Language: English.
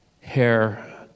hair